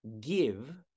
give